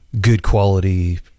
good-quality